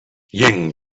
ying